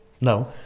No